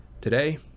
Today